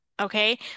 Okay